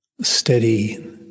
steady